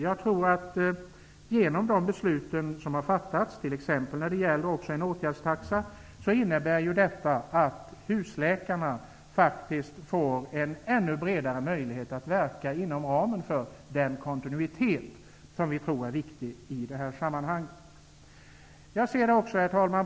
Jag tror att de beslut som har fattats, t.ex. när det gäller en åtgärdstaxa, innebär att husläkarna faktiskt får en ännu bredare möjlighet att verka inom ramen för den kontinuitet som vi tror är viktig i det är sammanhanget. Herr talman!